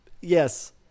Yes